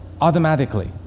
automatically